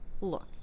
Look